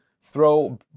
throw